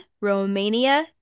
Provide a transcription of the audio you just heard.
Romania